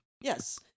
Yes